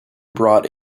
brought